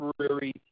temporary